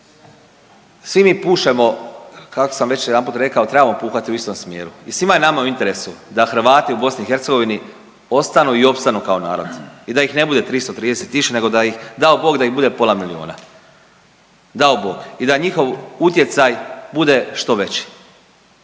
svi mi pušemo kako sam već jedanput rekao trebamo puhati u istom smjeru i svima je nama u interesu da Hrvati u BiH ostanu i opstanu kao narod i da ih ne bude 330 tisuća nego da ih, dao Bog da ih bude pola milijuna, dao Bog i da njihov utjecaj bude što veći.